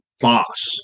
boss